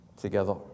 together